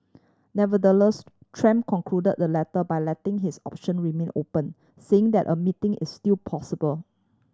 Nevertheless Trump concluded the letter by letting his option remain open saying that a meeting is still possible